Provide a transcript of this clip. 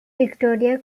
victoria